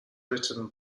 written